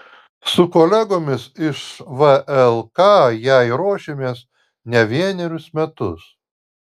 su kolegomis iš vlk jai ruošėmės ne vienerius metus